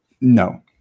no